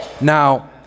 Now